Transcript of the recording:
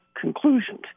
conclusions